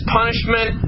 punishment